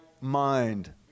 mind